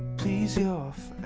please your